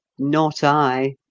not i!